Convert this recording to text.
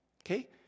okay